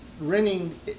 renting